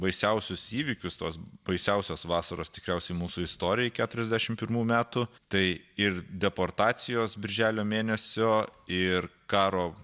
baisiausius įvykius tuos baisiausios vasaros tikriausiai mūsų istorijoj keturiasdešim pirmų metų tai ir deportacijos birželio mėnesio ir karo